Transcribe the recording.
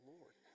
Lord